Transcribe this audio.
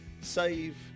save